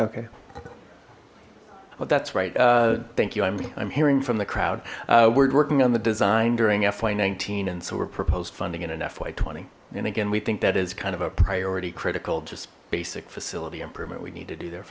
ok well that's right thank you i'm i'm hearing from the crowd we're working on the design during fy nineteen and so we're proposed funding in an fy twenty and again we think that is kind of a priority critical just basic facility improvement we need to be there